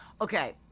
Okay